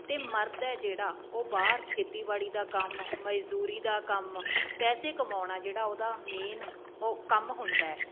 ਅਤੇ ਮਰਦ ਹੈ ਜਿਹੜਾ ਉਹ ਬਾਹਰ ਖੇਤੀਬਾੜੀ ਦਾ ਕੰਮ ਮਜ਼ਦੂਰੀ ਦਾ ਕੰਮ ਪੈਸੇ ਕਮਾਉਣਾ ਜਿਹੜਾ ਉਹਦਾ ਮੇਨ ਉਹ ਕੰਮ ਹੁੰਦਾ